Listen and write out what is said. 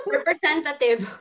Representative